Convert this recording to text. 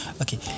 okay